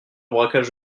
braquage